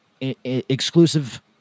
exclusive